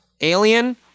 alien